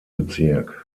bezirk